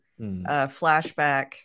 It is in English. flashback